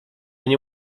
nie